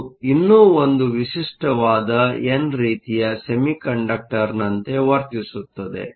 ಇದು ಇನ್ನೂ ಒಂದು ವಿಶಿಷ್ಟವಾದ ಎನ್ ರೀತಿಯ ಸೆಮಿಕಂಡಕ್ಟರ್ನಂತೆ ವರ್ತಿಸುತ್ತದೆ